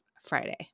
Friday